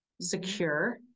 secure